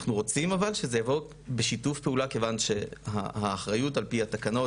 אנחנו רוצים אבל שזה יבוא בשיתוף פעולה כיוון שהאחריות על-פי התקנות,